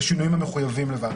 בשינויים המחויבים לוועדה.